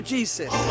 Jesus